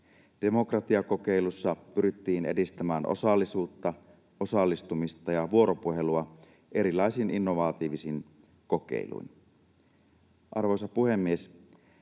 Demokratiakokeilussa pyrittiin edistämään osallisuutta, osallistumista ja vuoropuhelua erilaisin innovatiivisin kokeiluin. Arvoisa puhemies!